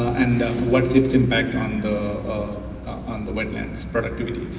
and what's its impact on the on the wetlands productivity.